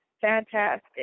fantastic